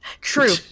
true